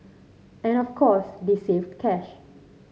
and of course they saved cash